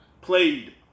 Played